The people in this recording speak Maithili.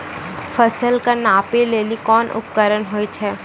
फसल कऽ नापै लेली कोन उपकरण होय छै?